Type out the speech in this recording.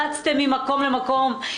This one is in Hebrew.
רצתם ממקום למקום,